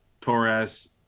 Torres